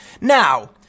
Now